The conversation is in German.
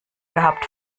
gehabt